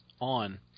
on